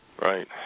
Right